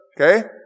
Okay